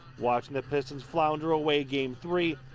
watching the pistons flounder away game three,